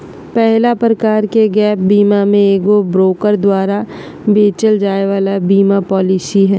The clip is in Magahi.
पहला प्रकार के गैप बीमा मे एगो ब्रोकर द्वारा बेचल जाय वाला बीमा पालिसी हय